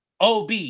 OB